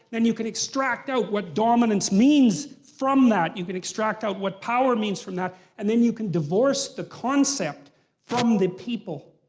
and you can extract out what dominance means from that. you can extract out what power means from that. and then you can divorce the concept from the people.